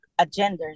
agendas